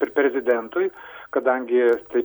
ir prezidentui kadangi tai